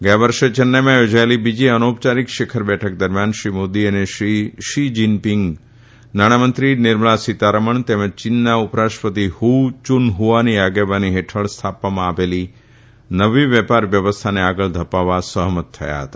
ગયા વર્ષે ચૈન્નાઇમાં યોજાયેલી બીજી અનૌપયારિક શિખર બેઠક દરમિયાન શ્રી મોદી અને શ્રી શી જીનપીંગ નાણાં મંત્રી નિર્મલા સીતારમણ તેમજ ચીનના ઉપરાષ્ટ્રપતિ હ્ યુનહ્આની આગેવાની હેઠળ સ્થાપવામાં આવેલી નવી વેપાર વ્યવસ્થાને આગળ ધપાવવા સહમત થયા હતા